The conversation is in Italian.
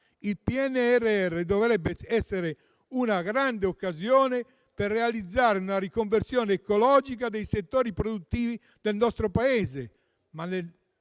Il PNRR dovrebbe essere una grande occasione per realizzare una riconversione ecologica dei settori produttivi del nostro Paese,